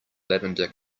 lavender